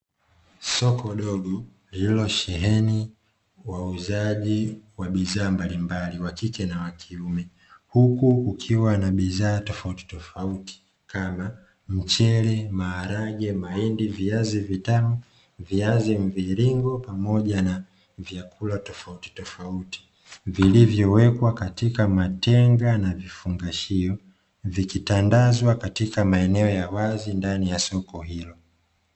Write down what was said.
Soko dogo lililosheheni wauzaji wa bidhaa mbalimbali wakike na wakiume. Huku kukiwa na bidhaa toafuti tofauti kama mchele, maharage, mahindi, viazi vitamu, viazi mviringo pamoja na vyakula tofauti tofauti vilivyowekwa katika matenga na vifungashio vikitandazwa katika maeneo ya wazi ndani ya soko hilo.